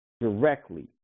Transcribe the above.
directly